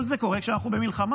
כל זה קורה כשאנחנו במלחמה.